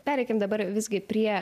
pereikim dabar visgi prie